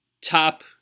top